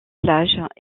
plages